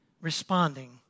responding